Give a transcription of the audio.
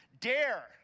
dare